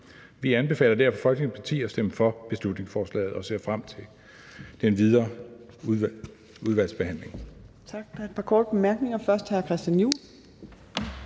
Vi anbefaler derfor Folketingets partier at stemme for beslutningsforslaget og ser frem til den videre udvalgsbehandling.